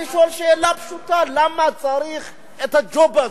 אני שואל שאלה פשוטה, למה צריך את הג'וב הזה?